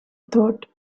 thought